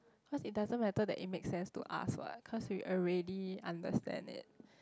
cause it doesn't matter that it makes sense to us what cause we already understand it